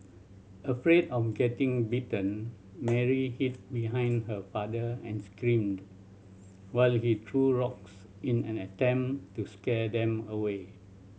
afraid of getting bitten Mary hid behind her father and screamed while he threw rocks in an attempt to scare them away